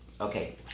okay